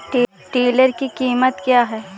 Tiller की कीमत क्या है?